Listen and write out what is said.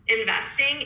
investing